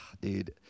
dude